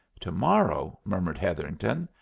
to-morrow! murmured hetherington.